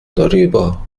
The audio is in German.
darüber